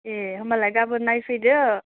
ए होनबालाय गाबोन नायफैदो